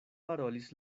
parolis